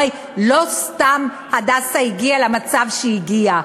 הרי לא סתם "הדסה" הגיע למצב שהוא הגיע אליו.